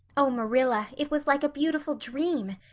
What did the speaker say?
oh, marilla, it was like a beautiful dream!